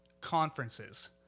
conferences